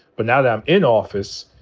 but now that i'm in office,